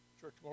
church